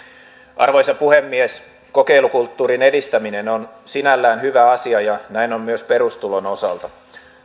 arvoisa puhemies kokeilukulttuurin edistäminen on sinällään hyvä asia ja näin on myös perustulon osalta